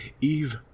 Eve